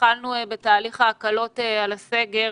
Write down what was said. כשהתחלנו בתהליך ההקלות על הסגר,